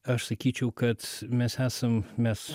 aš sakyčiau kad mes esam mes